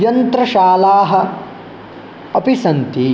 यन्त्रशालाः अपि सन्ति